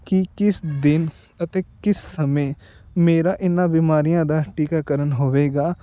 ਕਿ ਕਿਸ ਦਿਨ ਅਤੇ ਕਿਸ ਸਮੇਂ ਮੇਰਾ ਇੰਨਾ ਬਿਮਾਰੀਆਂ ਦਾ ਟੀਕਾਕਰਨ ਹੋਵੇਗਾ